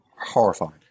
Horrifying